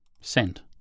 send